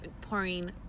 pouring